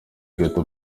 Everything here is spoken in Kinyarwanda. ghetto